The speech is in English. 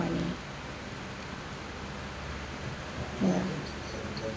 money ya